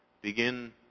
begin